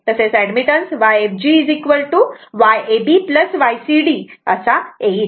तसेच admittance Yfg Yab Ycd असा येईल